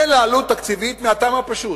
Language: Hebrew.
אין לה עלות תקציבית, מהטעם הפשוט: